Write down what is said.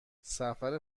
سفر